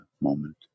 moment